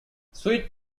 sweet